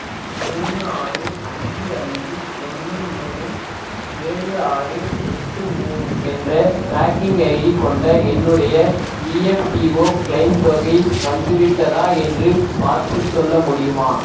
மூணு ஆறு அஞ்சு அஞ்சு ஒன்று மூணு ஏழு ஆறு எட்டு மூணு என்ற ட்ராக்கிங் ஐடி கொண்ட என்னுடைய இஎஃப்பிஓ க்ளெய்ம் தொகை வந்துவிட்டதா என்று பார்த்துச் சொல்ல முடியுமா